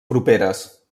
properes